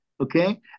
okay